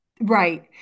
Right